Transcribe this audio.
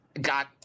got